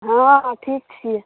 हॅं ठीक छी